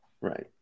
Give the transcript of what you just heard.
Right